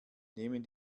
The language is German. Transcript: nehmen